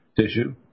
tissue